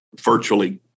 virtually